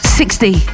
sixty